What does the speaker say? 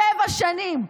שבע שנים.